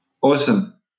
Awesome